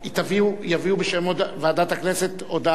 יביאו בשם ועדת הכנסת הודעה לכאן.